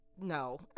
no